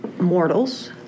mortals